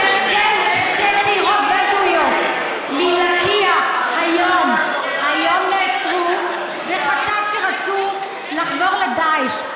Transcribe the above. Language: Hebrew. שתי צעירות בדואיות מלקיה נעצרו היום בחשד שרצו לחבור לדאעש.